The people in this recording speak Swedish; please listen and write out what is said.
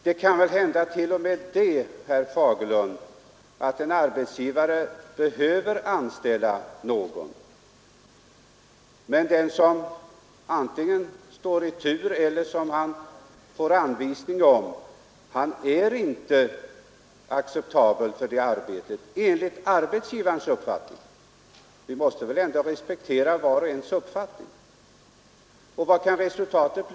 Det kan t.o.m. hända, herr Fagerlund, att en arbetsgivare behöver anställa någon, men den som antingen står i tur eller anvisas är inte acceptabel för arbetet enligt arbetsgivarens uppfattning. Och vi måste väl ändå respektera att även arbetsgivaren får ha en uppfattning? Vad blir resultatet då?